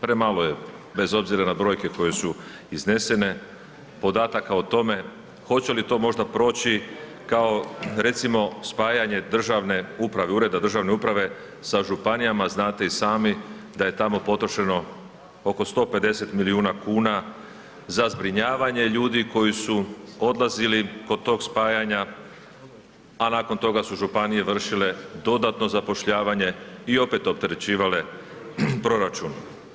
Premalo je, bez obzira na brojke koje su iznesene podataka o tome hoće li to možda proći kao recimo spajanje državne uprave, reda državne uprave sa županijama, znate i sami da je tamo potrošeno oko 150 milijuna kuna za zbrinjavanje ljudi koji su odlazili kod tog spajanja a nakon toga su županije vršile dodatno zapošljavanje i opet opterećivale proračun.